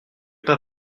pas